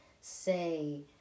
say